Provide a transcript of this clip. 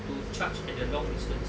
to charge at the long distance